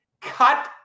Cut